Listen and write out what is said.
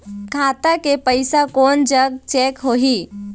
खाता के पैसा कोन जग चेक होही?